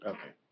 Okay